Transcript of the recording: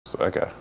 okay